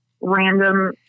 random